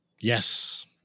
Yes